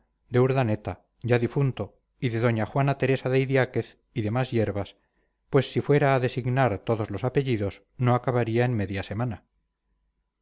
de urdaneta ya difunto y de doña juana teresa de idiáquez y demás hierbas pues si fuera a designar todos los apellidos no acabaría en media semana